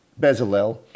Bezalel